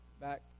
Back